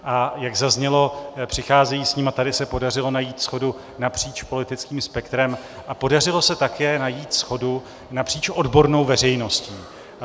A jak zaznělo, přicházejí s ním a tady se podařilo najít shodu napříč politickým spektrem a podařilo se také najít shodu napříč odbornou veřejností.